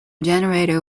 generator